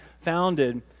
founded